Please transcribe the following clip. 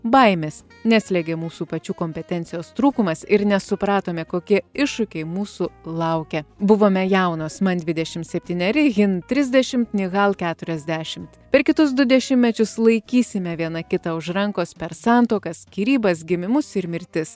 baimės neslėgė mūsų pačių kompetencijos trūkumas ir nesupratome kokie iššūkiai mūsų laukia buvome jaunos man dvidešim septyneri hin trisdešimt nihal keturiasdešimt per kitus du dešimtmečius laikysime viena kitą už rankos per santuokas skyrybas gimimus ir mirtis